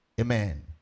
Amen